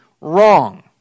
wrong